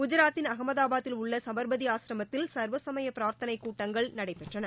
குஜராத்தின் அகமதபாத்தில் உள்ள சுபர்மதி ஆசரமத்தில் சர்வசமய பிரார்த்தனைக் கூட்டங்கள் நடைபெற்றன